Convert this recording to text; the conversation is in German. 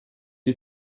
die